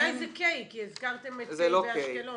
אולי זו קיי, כי הזכרתם את קיי באשקלון.